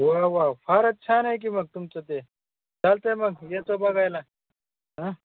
व वा फारच छान आहे की मग तुमचं ते चालतं आहे मग येतो बघायला आ